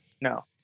No